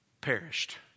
perished